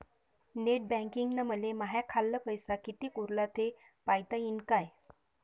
Net बँकिंगनं मले माह्या खाल्ल पैसा कितीक उरला थे पायता यीन काय?